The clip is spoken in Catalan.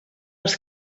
els